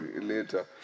later